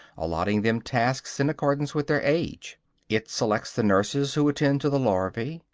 allotting them tasks in accordance with their age it selects the nurses who attend to the larvae,